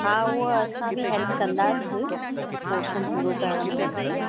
हा उहा असां बि हैल्प कंदासीं कोशन पूरो करण में हुनखे